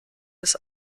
des